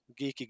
geeky